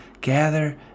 gather